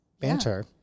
banter